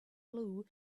blue